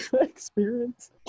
experience